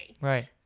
right